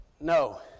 No